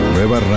Nueva